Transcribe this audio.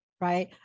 right